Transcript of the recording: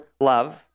love